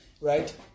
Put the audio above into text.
right